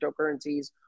cryptocurrencies